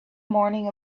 morning